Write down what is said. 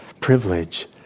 privilege